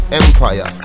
empire